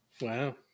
Wow